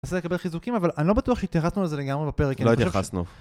זה לגבי חיזוקים אבל אני לא בטוח התייחסנו לזה לגמרי בפרק... לא התייחסנו.